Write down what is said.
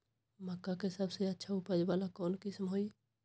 मक्का के सबसे अच्छा उपज वाला कौन किस्म होई?